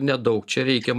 nedaug čia reikia